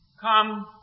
Come